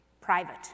Private